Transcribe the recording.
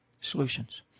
solutions